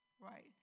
right